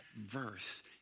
verse